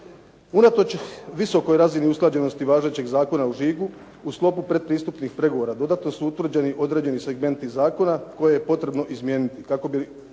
Unatoč visokoj razini usklađenosti važećeg Zakona o žigu, u sklopu pretpristupnih pregovora dodatno su utvrđeni određeni segmenti zakona koje je potrebno izmijeniti kako bi